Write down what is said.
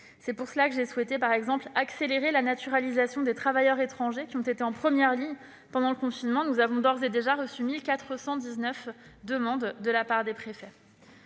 d'euros. J'ai ainsi souhaité, par exemple, accélérer la naturalisation des travailleurs étrangers qui ont été en première ligne pendant le confinement. Nous avons d'ores et déjà reçu 1 419 demandes de la part des préfets.